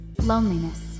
loneliness